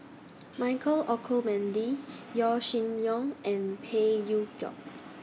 Michael Olcomendy Yaw Shin Leong and Phey Yew Kok